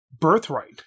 birthright